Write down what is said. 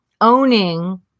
owning